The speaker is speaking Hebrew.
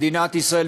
מדינת ישראל,